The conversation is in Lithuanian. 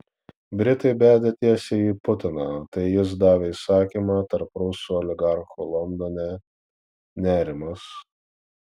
britai bedė tiesiai į putiną tai jis davė įsakymą tarp rusų oligarchų londone nerimas